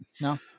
No